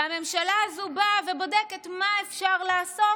והממשלה הזו באה ובודקת מה אפשר לעשות